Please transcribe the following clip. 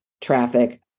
traffic